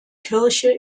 kirche